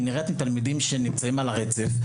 היא נראית עם תלמידים שנמצאים על הרצף,